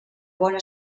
bona